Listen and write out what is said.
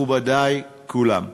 מכובדי כולם,